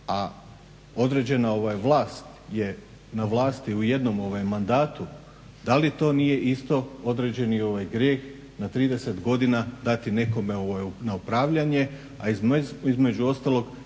određena vlast je na vlasti u jednom mandatu, da li to nije isto određeni grijeh na 30 godina dati nekome na upravljane, a između ostalog